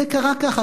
זה קרה כך,